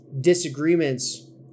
disagreements